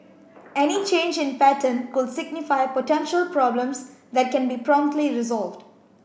any change in pattern could signify potential problems that can be promptly resolved